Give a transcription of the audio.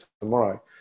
tomorrow